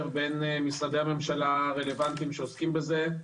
בין משרדי הממשלה הרלוונטיים שעוסקים בזה.